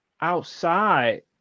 outside